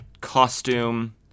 costume